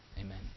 Amen